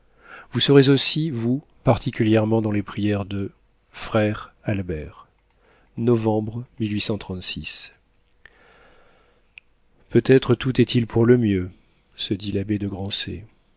vous serez aussi particulièrement dans les prières de frère albert novembre peut-être tout est-il pour le mieux se dit l'abbé de grancey